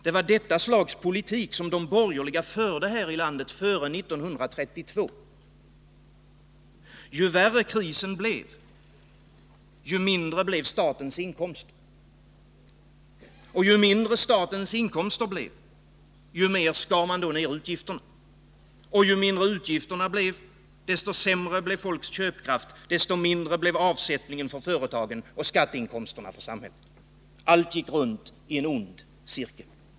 Det var detta slags politik som de borgerliga förde här i landet före 1932. Ju värre krisen blev, ju mindre blev statens inkomster. Ju mindre statens inkomster blev, ju mer skar man ner utgifterna. Ju mindre utgifterna blev, desto sämre blev folks köpkraft, och desto mindre blev avsättningen för företagen och skatteinkomsterna för samhället. Allt gick runt i en ond cirkel.